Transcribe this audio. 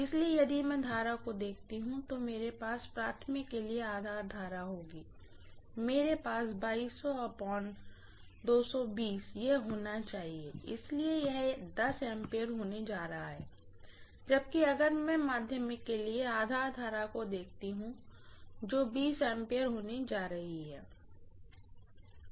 इसलिए यदि मैं करंट को देखता हूं तो मेरे पास प्राइमरी के लिए आधार करंट होगी मेरे पास यह होना चाहिए इसलिए यह A होने जा रहा है जबकि अगर मैं सेकेंडरी के लिए आधार करंट को देखती हूं जो A होने जा रही है